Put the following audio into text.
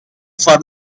for